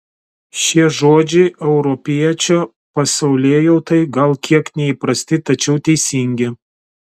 šie žodžiai europiečio pasaulėjautai gal kiek neįprasti tačiau teisingi